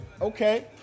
okay